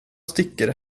sticker